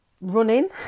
running